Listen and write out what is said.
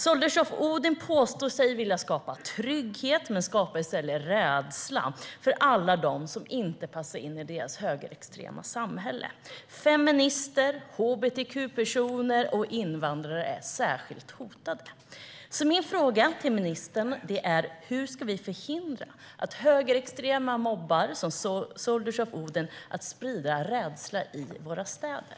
Soldiers of Odin påstår sig vilja skapa trygghet, men skapar i stället rädsla för alla dem som inte passar in i deras högerextrema samhälle. Feminister, hbtq-personer och invandrare är särskilt hotade. Min fråga till ministern är: Hur ska vi förhindra att högerextrema mobbar som Soldiers of Odin sprider rädsla i våra städer?